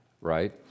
right